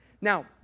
Now